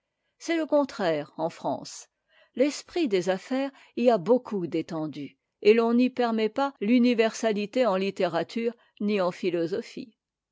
c'est le contraire en france l'esprit des affaires y a beaucoup d'étendue et l'on n'y permet l'universalité en littérature ni en phitosophie